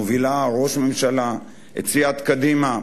מובילה, ראש הממשלה, את סיעת קדימה,